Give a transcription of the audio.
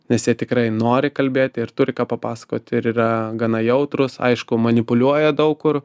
nes jie tikrai nori kalbėti ir turi ką papasakoti ir yra gana jautrūs aišku manipuliuoja daug kur